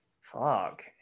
fuck